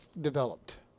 developed